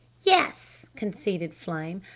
yes, conceded flame.